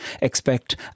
expect